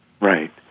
Right